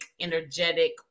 energetic